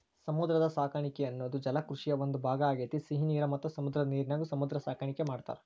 ಸಮುದ್ರ ಸಾಕಾಣಿಕೆ ಅನ್ನೋದು ಜಲಕೃಷಿಯ ಒಂದ್ ಭಾಗ ಆಗೇತಿ, ಸಿಹಿ ನೇರ ಮತ್ತ ಸಮುದ್ರದ ನೇರಿನ್ಯಾಗು ಸಮುದ್ರ ಸಾಕಾಣಿಕೆ ಮಾಡ್ತಾರ